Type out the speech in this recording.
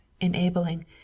enabling